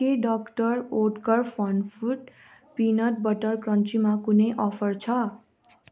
के doctor Oetker FunFoods peanut butter क्रन्चीमा कुनै अफर छ